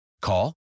Call